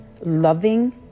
loving